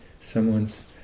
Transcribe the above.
someone's